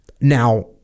Now